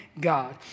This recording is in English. God